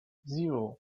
zero